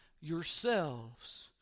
yourselves